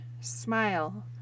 smile